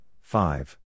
five